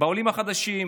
בעולים החדשים,